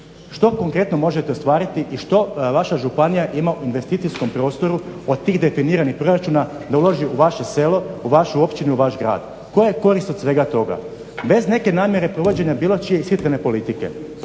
što konkretno možete ostvariti i što vaša županija ima u investicijskom prostoru od tih definiranih proračuna da ulazi u vaše selo, vašu općinu, vaš grad, koja je korist od svega toga bez neke namjere provođenja nečije ishitrene politike?